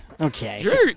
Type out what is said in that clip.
Okay